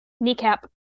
Kneecap